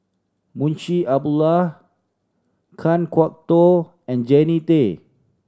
Munshi Abdullah Kan Kwok Toh and Jannie Tay